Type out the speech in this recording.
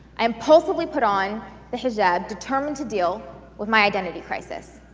i impulsively put on the hijab, determined to deal with my identity crisis.